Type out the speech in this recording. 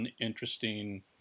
interesting